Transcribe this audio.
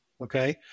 okay